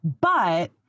But-